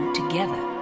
together